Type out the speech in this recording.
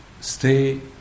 stay